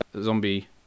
zombie